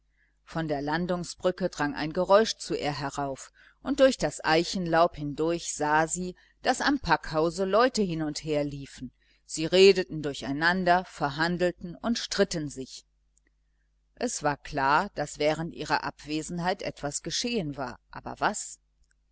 von der landungsbrücke drang ein geräusch zu ihr herauf und durch das eichenlaub hindurch sah sie daß am packhause leute hin und her liefen sie redeten durcheinander verhandelten und stritten sich es war klar daß während ihrer abwesenheit etwas geschehen war aber was